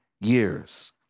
years